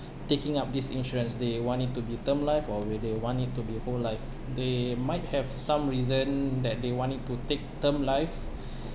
taking up this insurance they want it to be term life or where they want it to be whole life they might have some reason that they want it to take term life